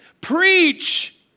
Preach